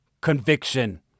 conviction